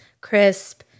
crisp